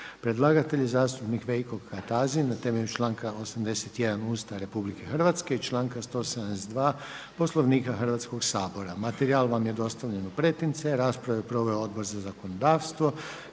Predlagatelj je zastupnik Veljko Kajtazi na temelju članka 81. Ustava RH i članka 172. Poslovnika Hrvatskog sabora. Materijal vam je dostavljen u pretince. Raspravu je proveo Odbor za zakonodavstvo.